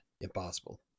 impossible